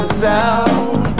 sound